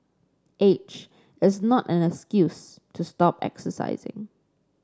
age is not an excuse to stop exercising